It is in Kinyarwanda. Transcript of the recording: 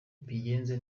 mbigenze